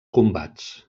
combats